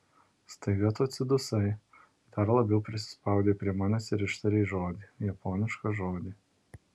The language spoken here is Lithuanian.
staiga tu atsidusai dar labiau prisispaudei prie manęs ir ištarei žodį japonišką žodį